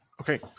Okay